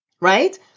Right